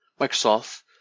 microsoft